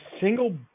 single